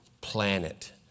planet